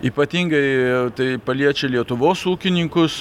ypatingai tai paliečia lietuvos ūkininkus